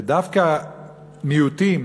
ודווקא מיעוטים,